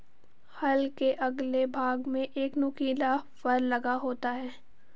हल के अगले भाग में एक नुकीला फर लगा होता है